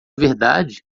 verdade